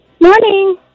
Morning